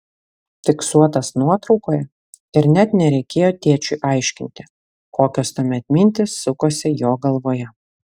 fiksuotas nuotraukoje ir net nereikėjo tėčiui aiškinti kokios tuomet mintys sukosi jo galvoje